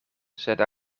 sed